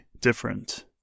different